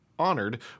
honored